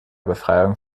befreiung